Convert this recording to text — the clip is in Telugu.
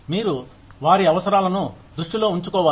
మీరు వారి అవసరాలను దృష్టిలో ఉంచుకోవాలి